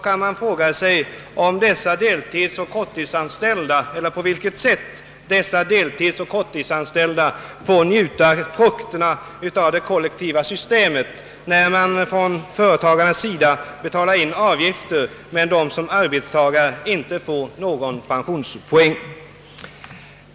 Man kan fråga sig på vilket sätt dessa deltidsoch korttidsanställda får njuta frukterna av det kollektiva systemet, när företagarna betalar in avgifter som inte ger någon pensionspoäng.